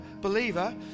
believer